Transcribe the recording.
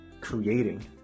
creating